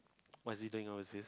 what's he doing overseas